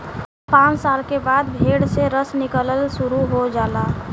पांच साल के बाद पेड़ से रस निकलल शुरू हो जाला